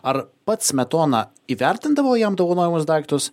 ar pats smetona įvertindavo jam dovanojamus daiktus